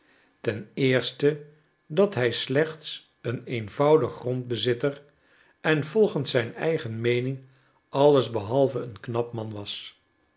ten eerste dat hij slechts een eenvoudig grondbezitter en volgens zijn eigen meening alles behalve een knap man was